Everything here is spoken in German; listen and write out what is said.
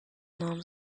nahm